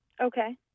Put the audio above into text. Okay